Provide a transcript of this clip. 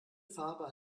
farbe